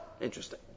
Interesting